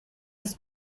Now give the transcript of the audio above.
his